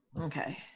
okay